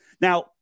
Now